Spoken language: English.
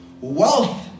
Wealth